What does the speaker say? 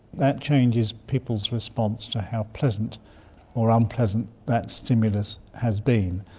that changes people's response to how pleasant or unpleasant that stimulus has been.